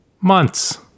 Months